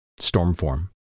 Stormform